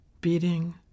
beating